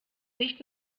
nicht